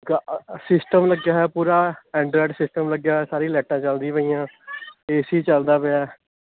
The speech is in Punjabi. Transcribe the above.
ਕ ਸਿਸਟਮ ਲੱਗਿਆ ਹੋਇਆ ਪੂਰਾ ਐਨਡਰੋਇਡ ਸਿਸਟਮ ਲੱਗਿਆ ਹੋਇਆ ਸਾਰੀ ਲਾਇਟਾਂ ਚੱਲਦੀਆਂ ਪਈਆ ਏ ਸੀ ਚੱਲਦਾ ਪਿਆ